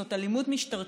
זאת אלימות משטרתית